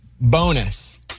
bonus